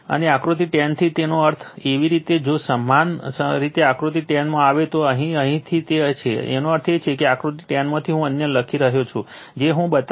અને આકૃતિ 10 થી તેનો અર્થ એવી જ રીતે જો સમાન રીતે આકૃતિ 10 માં આવે તો તે અહીં છે અહીંથી તે છે તેનો અર્થ એ છે કે આકૃતિ 10 માંથી હું અન્ય લખી રહ્યો છું જે હું બતાવીશ